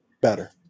better